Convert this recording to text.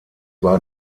war